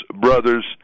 Brothers